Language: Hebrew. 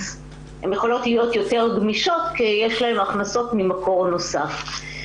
הן יכולות להיות יותר גמישות כי יש להן הכנסות ממקור נוסף.